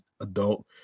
adult